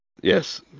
Yes